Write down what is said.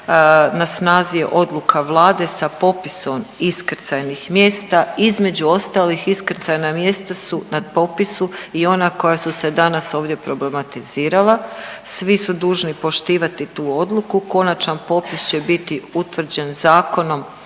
na snazi je odluka Vlade sa popisom iskrcajnih mjesta, između ostalih iskrcajna mjesta su na popisu i ona koja su se danas ovdje problematizirala, svi su dužni poštivati tu odluku, konačan popis će biti utvrđen Zakonom